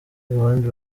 abandi